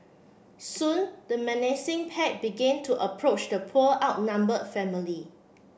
soon the menacing pack began to approach the poor outnumbered family